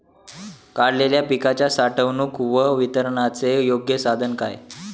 काढलेल्या पिकाच्या साठवणूक व वितरणाचे योग्य साधन काय?